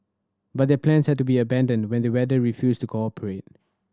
but their plans had to be abandoned when the weather refused to cooperate